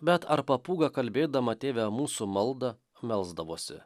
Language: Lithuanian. bet ar papūga kalbėdama tėve mūsų maldą melsdavosi